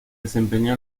desempeñó